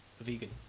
vegan